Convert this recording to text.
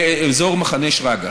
באזור מחנה שרגא.